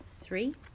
Three